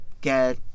get